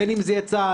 בין אם זה יהיה צה"ל,